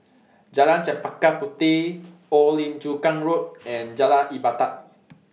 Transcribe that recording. Jalan Chempaka Puteh Old Lim Chu Kang Road and Jalan Ibadat